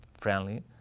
friendly